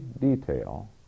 detail